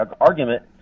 argument